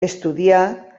estudià